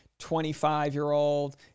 25-year-old